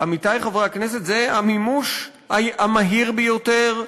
עמיתי חברי הכנסת, הרי זה המימוש המהיר ביותר,